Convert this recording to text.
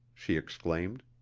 she exclaimed.